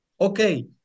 okay